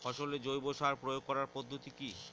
ফসলে জৈব সার প্রয়োগ করার পদ্ধতি কি?